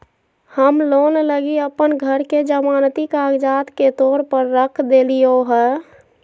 हम लोन लगी अप्पन घर के जमानती कागजात के तौर पर रख देलिओ हें